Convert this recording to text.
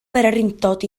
bererindod